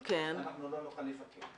אנחנו לא נוכל לפקח.